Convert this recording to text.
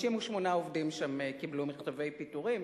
58 עובדים שם קיבלו מכתבי פיטורים,